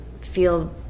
feel